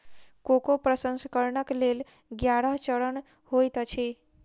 cocoa प्रसंस्करणक लेल ग्यारह चरण होइत अछि